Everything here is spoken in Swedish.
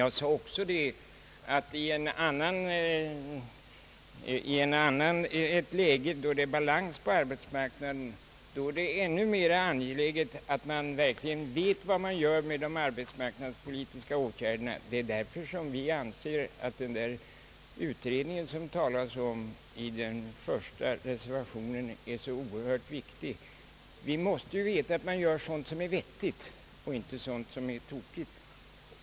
Jag sade också, att i ett läge, då det är balans på arbetsmarknaden, är det ännu mera angeläget att man verkligen vet vad man gör med de arbetsmarknadspolitiska åtgärderna. Det är därför som vi anser att den utredning som det talas om i den första reservationen är så oerhört viktig. Vi måste ju veta att man gör vettiga saker, och inte tokiga.